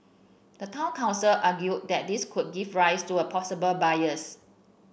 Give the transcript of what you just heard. the town council argued that this could give rise to a possible bias